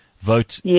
vote